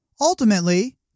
Ultimately